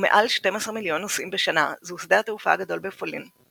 ומעל 12 מיליון נוסעים בשנה זהו שדה התעופה הגדול בפולין.